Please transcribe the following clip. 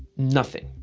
nothing.